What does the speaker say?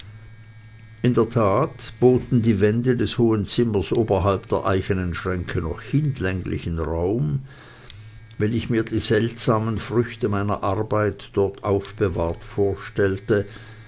in der tat boten die wände des hohen zimmers oberhalb der eichenen schränke noch hinlänglichen raum wenn ich mir die seltsamen früchte meiner arbeit dort aufbewahrt vorstellte